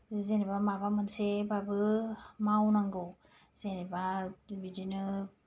जेनेबा माबा मोनसेब्लाबो मावनांगौ जेनेबा बिदिनो